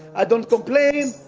i don't complain,